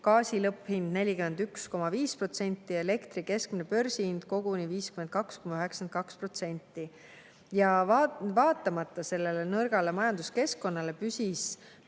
gaasi lõpphind 41,5% ja elektri keskmine börsihind koguni 52,92%. Vaatamata nõrgale majanduskeskkonnale püsis